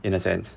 in a sense